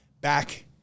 back